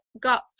got